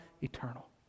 eternal